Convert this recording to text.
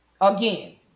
Again